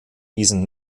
diesem